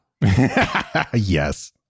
Yes